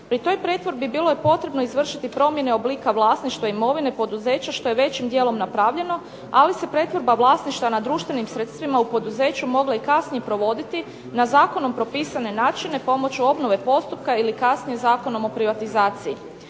Pri toj pretvorbi bilo je potrebno izvršiti promjene oblika vlasništva imovine poduzeća što je većim dijelom napravljeno, ali se pretvorba vlasništva nad društvenim sredstvima u poduzeću mogla i kasnije provoditi na zakonom propisane načine pomoću obnove postupka ili kasnije Zakonom o privatizaciji.